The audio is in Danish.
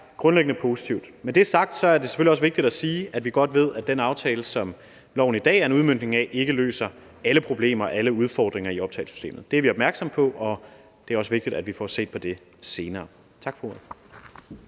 grundlæggende positivt. Med det sagt er det selvfølgelig også vigtigt at sige, at vi godt ved, at den aftale, som loven i dag er en udmøntning af, ikke løser alle problemer og alle udfordringer i optagelsessystemet. Det er vi opmærksomme på, og det er også vigtigt, at vi får set på det senere. Tak for ordet.